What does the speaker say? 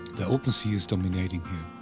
the open sea is dominating